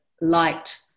light